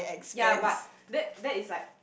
ya but that that is like